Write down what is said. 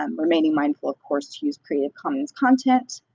um remaining mindful of course to use creative commons content.